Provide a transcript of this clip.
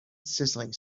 sizzling